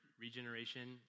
regeneration